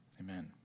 Amen